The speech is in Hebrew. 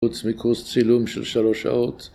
‫חוץ מקורס צילום של שלוש שעות.